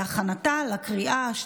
נתקבלה.